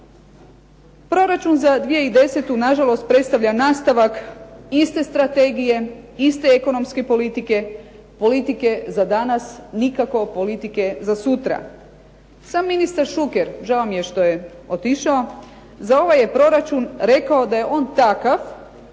Proračun za 2010. na žalost predstavlja nastavak iste strategije, iste ekonomske politike, politike za danas, nikako politike za sutra. Sam ministar Šuker, žao mi je što je otišao, za ovaj je proračun rekao da je on takav,